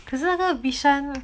可是那个 bishan